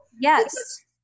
Yes